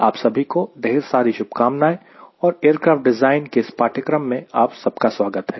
आप सभी को ढेर सारी शुभकामनाएं और एयरक्राफ़्ट डिज़ाइन के इस पाठ्यक्रम में आप सबका स्वागत है